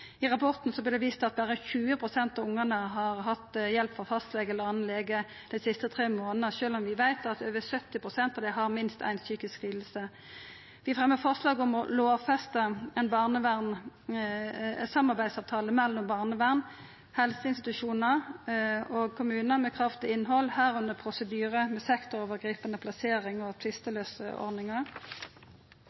I rapporten vert det vist til at berre 20 pst. av ungane har hatt hjelp frå fastlege eller annan lege dei siste tre månadene, sjølv om vi veit at over 70 pst. av dei har minst éi psykisk liding. Vi fremjar forslag om å lovfesta ei samarbeidsavtale mellom barnevern, helseinstitusjonar og kommunar, med krav til innhald, medrekna prosedyre ved sektorovergripande plasseringar og